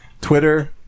Twitter